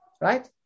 Right